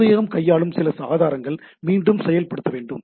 சேவையகம் கையாளும் சில ஆதாரங்கள் மீண்டும் செயல்படுத்தப்பட வேண்டும்